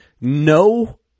No